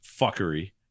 fuckery